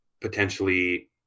potentially